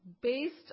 based